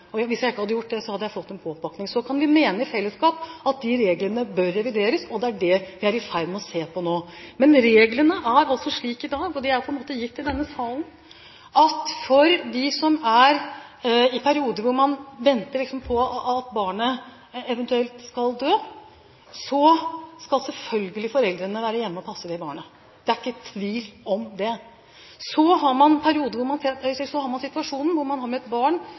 og hvis jeg ikke hadde gjort det, hadde jeg fått en påpakning. Så kan vi mene i fellesskap at de reglene bør revideres, og det er det vi er i ferd med å se på nå. Men reglene er altså slik i dag, og de er på en måte gitt i denne salen, at når man er i perioder hvor man venter på at barnet eventuelt skal dø, skal selvfølgelig foreldrene være hjemme og passe de barna. Det er ikke tvil om det. Så har man situasjonen hvor et barn kanskje vil være kronisk syk i 5, 10, 15, 20 år. Da er spørsmålet: Skal vi legge opp samfunnet etter et